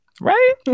Right